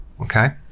Okay